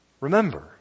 Remember